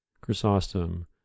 Chrysostom